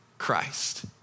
Christ